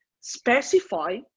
specify